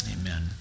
Amen